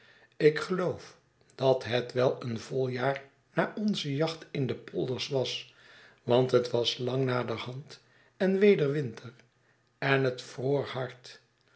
ik geloof dat het weleen voljaar naonze jacht in de polders was want het was lang naderhand en weder winter en het vroor hard